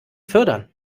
fördern